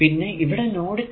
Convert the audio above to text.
പിന്നെ ഇവിടെ നോഡ് 2